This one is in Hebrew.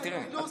לא, בלי הכללה.